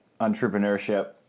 entrepreneurship